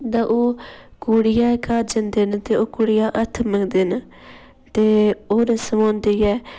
ते ओह् कुड़ियै घर जंदे न ते ओह् कुड़ियै दा हत्थ मंगदे न ते ओह् रस्म होंदी ऐ